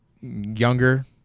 Younger